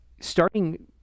starting